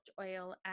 oil